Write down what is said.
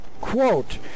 quote